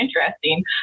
interesting